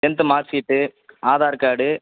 tenth mark sheet Aadhaar card